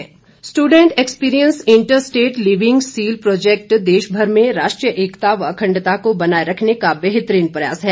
जीवन दर्शन स्ट्रेंट एक्सपीरियंस इंटर स्टेट लिविंग सील प्रोजैक्ट देशभर में राष्ट्रीय एकता व अखंडता को बनाए रखने का बेहतरीन प्रयास है